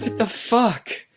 the fuck?